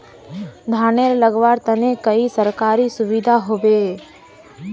धानेर लगवार तने कोई सरकारी सुविधा होबे?